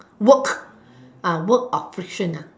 work work operation